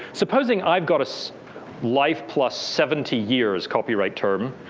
supposing i've got us life plus seventy years copyright term.